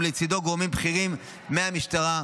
ולצידו גורמים בכירים מהמשטרה,